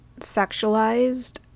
sexualized